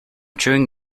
chewing